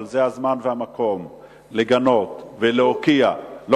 אבל זה הזמן והמקום לגנות ולהוקיע, הוא?